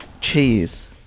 cheese